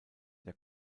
der